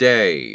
Day